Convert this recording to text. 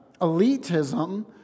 elitism